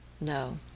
No